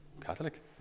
Catholic